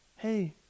Hey